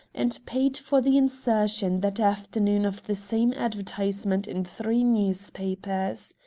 and paid for the insertion that afternoon of the same advertisement in three newspapers.